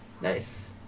Nice